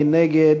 מי נגד